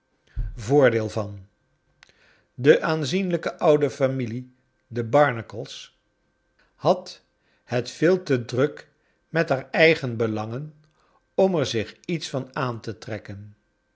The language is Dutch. deel van de aanzienlijke oude familie de barnacles had het veel te druk met haar eigen belangen om er zich iets van aan te trekken